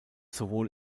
sowohl